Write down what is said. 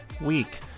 week